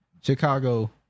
Chicago